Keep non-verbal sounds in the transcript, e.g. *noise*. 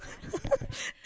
*laughs*